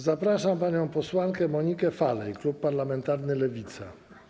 Zapraszam panią posłankę Monikę Falej, klub parlamentarny Lewica.